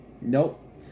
Nope